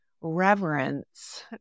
reverence